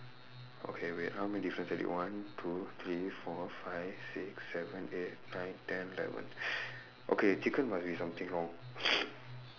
okay wait how many difference already one two three four five six seven eight nine ten eleven okay chicken must be something wrong